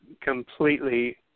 completely